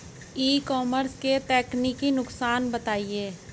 ई commerce के तकनीकी नुकसान बताएं?